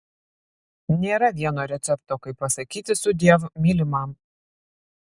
nėra vieno recepto kaip pasakyti sudiev mylimam